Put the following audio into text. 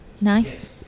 nice